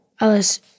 Alice